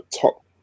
top